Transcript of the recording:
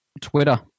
Twitter